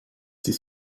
dies